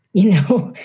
you know,